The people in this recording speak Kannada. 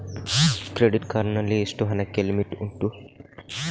ಕ್ರೆಡಿಟ್ ಕಾರ್ಡ್ ನಲ್ಲಿ ಎಷ್ಟು ಹಣಕ್ಕೆ ಲಿಮಿಟ್ ಉಂಟು?